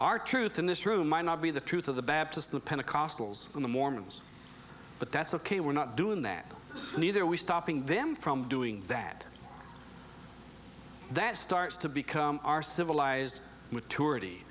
our truth in this room might not be the truth of the baptists the pentecostals in the mormons but that's ok we're not doing that neither are we stopping them from doing that that starts to become our civilized maturity